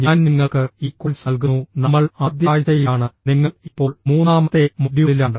ഞാൻ നിങ്ങൾക്ക് ഈ കോഴ്സ് നൽകുന്നു നമ്മൾ ആദ്യ ആഴ്ചയിലാണ് നിങ്ങൾ ഇപ്പോൾ മൂന്നാമത്തെ മൊഡ്യൂളിലാണ്